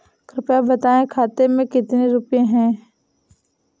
कृपया बताएं खाते में कितने रुपए हैं?